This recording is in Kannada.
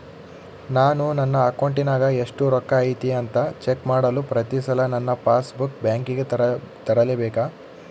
ನಾನು ನನ್ನ ಅಕೌಂಟಿನಾಗ ಎಷ್ಟು ರೊಕ್ಕ ಐತಿ ಅಂತಾ ಚೆಕ್ ಮಾಡಲು ಪ್ರತಿ ಸಲ ನನ್ನ ಪಾಸ್ ಬುಕ್ ಬ್ಯಾಂಕಿಗೆ ತರಲೆಬೇಕಾ?